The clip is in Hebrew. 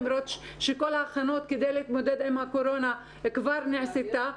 למרות שכל ההכנות כדי להתמודד עם הקורונה כבר נעשתה.